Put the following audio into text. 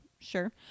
Sure